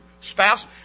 spouse